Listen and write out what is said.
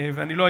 לגבי